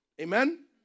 Amen